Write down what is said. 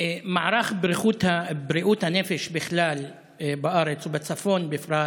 מערך בריאות הנפש בארץ בכלל ובצפון בפרט